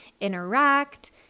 interact